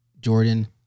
Jordan